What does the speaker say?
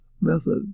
method